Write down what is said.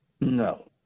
No